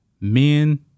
men